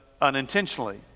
unintentionally